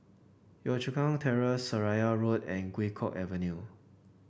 Yio Chu Kang Terrace Seraya Road and Guok Avenue